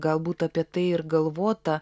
galbūt apie tai ir galvota